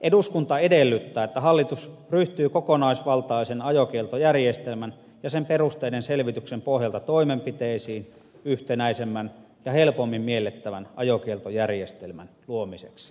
eduskunta edellyttää että hallitus ryhtyy kokonaisvaltaisen ajokieltojärjestelmän ja sen perusteiden selvityksen pohjalta toimenpiteisiin yhtenäisemmän ja helpommin miellettävän ajokieltojärjestelmän luomiseksi